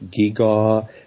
Gigaw